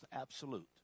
absolute